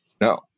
no